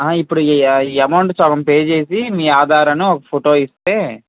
ఆహ ఇప్పుడు ఈ అమౌంట్ సగం పే చేసి మీ ఆధార్ను ఒక ఫోటో ఇస్తే